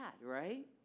right